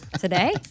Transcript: today